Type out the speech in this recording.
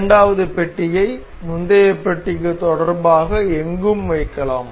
இரண்டாவது பெட்டியை முந்தைய பெட்டிக்கு தொடர்பாக எங்கும் வைக்கலாம்